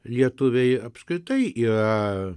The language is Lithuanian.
lietuviai apskritai yra